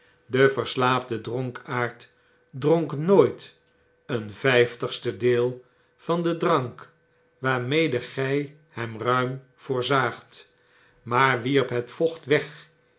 de verslaafde dronkaard dronk nooit een vjjftigste dee van den drank waarmede gj hem ruim voorzaagt maar wierp het vocht weg